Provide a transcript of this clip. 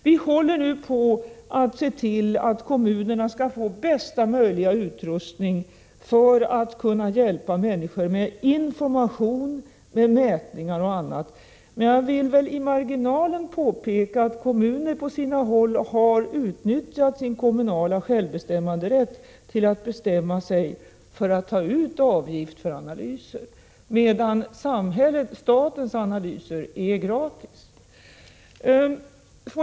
Vi ser nu till att kommunerna skall få bästa möjliga utrustning för att kunna hjälpa människor med information, med mätningar och annat, men jag vill i marginalen påpeka att kommunerna på sina håll har utnyttjat sin kommunala självbestämmanderätt och bestämt sig för att ta ut avgift för analyser, medan statens analyser är gratis.